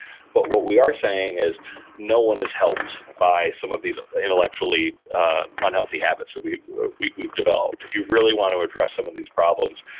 but what we are saying is no one is helped by some of these intellectually unhealthy habits that we've we've developed. if you really want to address some of these problems,